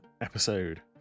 episode